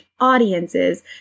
audiences